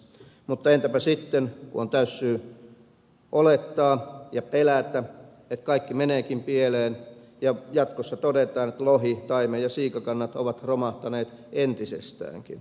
mutta entäpä sitten kun on täysi syy olettaa ja pelätä että kaikki meneekin pieleen ja jatkossa todetaan että lohi taimen ja siikakannat ovat romahtaneet entisestäänkin